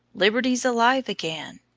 liberty's alive again!